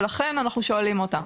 ולכן אנחנו שואלים אותה.